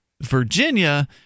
Virginia